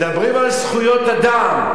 מדברים על זכויות אדם.